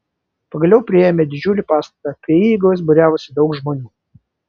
pagaliau priėjome didžiulį pastatą prie įeigos būriavosi daug žmonių